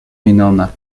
winona